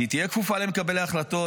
שהיא תהיה כפופה למקבלי החלטות.